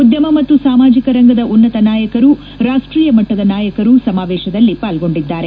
ಉದ್ದಮ ಮತ್ತು ಸಾಮಾಜಿಕ ರಂಗದ ಉನ್ನತ ನಾಯಕರು ರಾಷ್ಟೀಯ ಮಟ್ಟದ ನಾಯಕರು ಸಮಾವೇಶದಲ್ಲಿ ಪಾಲ್ಗೊಂಡಿದ್ದಾರೆ